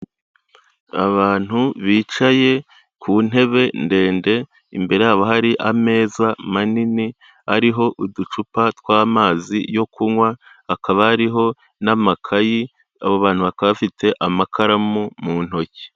Abantu bicaye ku ntebe ndende imbere yabo hari ameza manini ariho uducupa tw'amazi yo kunywa hakaba hariho n'amakayi abo bantu bakaba bafite amakaramu mu ntoki.